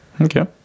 Okay